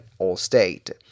Allstate